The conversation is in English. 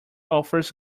offers